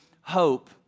hope